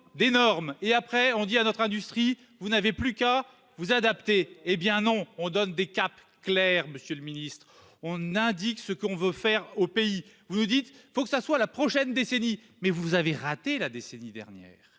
d'énormes et après on dit à notre industrie, vous n'avez plus qu'à vous adapter, hé bien non, on donne des caps, clairs, Monsieur le Ministre on indique ce qu'on veut faire au pays, vous nous dites, faut que ça soit la prochaine décennie, mais vous avez raté la décennie dernière